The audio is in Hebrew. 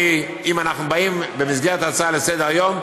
ואם אנחנו באים במסגרת הצעה לסדר-היום,